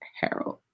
Harold